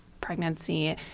pregnancy